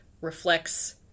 reflects